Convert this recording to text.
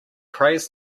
prays